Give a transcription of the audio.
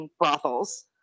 brothels